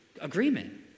Agreement